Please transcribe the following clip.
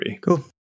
Cool